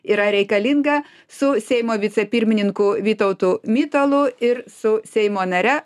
yra reikalinga su seimo vicepirmininku vytautu mitalu ir su seimo nare